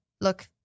look